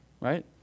right